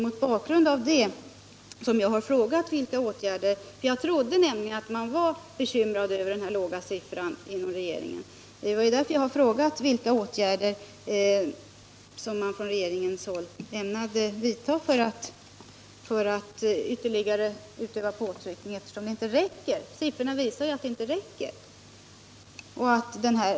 Jag trodde nämligen att man inom regeringen var bekymrad över den här låga siffran. Det är därför som jag har frågat vilka åtgärder som man från regeringshåll ämnade vidta för att ytterligare utöva påtryckning, eftersom siffrorna visar att det inte räcker med vad som har gjorts.